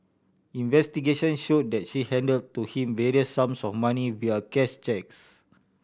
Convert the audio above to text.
investigation show that she hand to him various sums of money via cash cheques